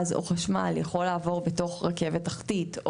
או חשמל יכול לעבור בתוך רכבת תחתית,